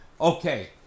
Okay